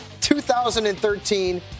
2013